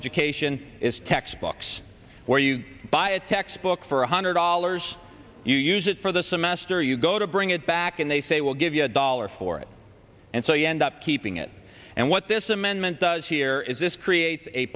education is textbooks where you buy a textbook for one hundred dollars you use it for the semester you go to bring it back and they say we'll give you a dollar for it and so you end up keeping it and what this amendment does here is this creates a